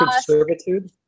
servitude